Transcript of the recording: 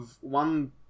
one